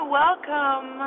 welcome